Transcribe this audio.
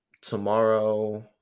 tomorrow